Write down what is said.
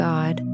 God